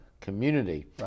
community